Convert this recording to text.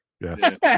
Yes